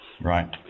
Right